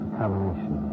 combination